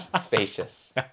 Spacious